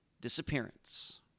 disappearance